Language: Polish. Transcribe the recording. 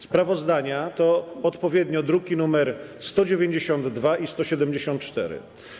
Sprawozdania to odpowiednio druki nr 192 i 174.